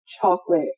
chocolate